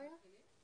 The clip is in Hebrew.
את הישיבה,